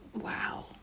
wow